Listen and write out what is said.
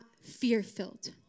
fear-filled